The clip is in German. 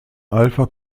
alpha